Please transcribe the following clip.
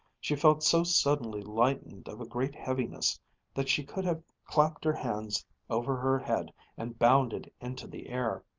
she felt so suddenly lightened of a great heaviness that she could have clapped her hands over her head and bounded into the air.